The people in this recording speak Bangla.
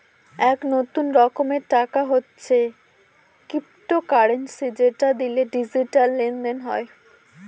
এক নতুন রকমের টাকা হচ্ছে ক্রিপ্টোকারেন্সি যেটা দিয়ে ডিজিটাল লেনদেন হয়